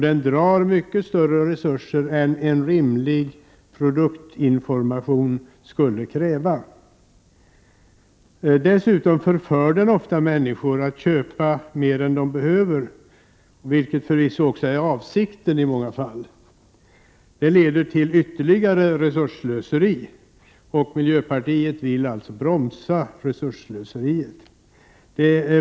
Den drar mycket större resurser än en rimlig produktinformation skulle kräva. Dessutom förför den ofta människor att köpa mer än de behöver, vilket förvisso också är avsikten i många fall. Det leder till ytterligare resursslöseri, och miljöpartiet vill bromsa resursslöseriet.